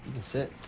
can sit.